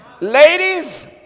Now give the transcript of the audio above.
Ladies